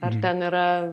ar ten yra